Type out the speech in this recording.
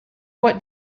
what